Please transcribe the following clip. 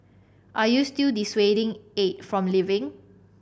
are you still dissuading Aide from leaving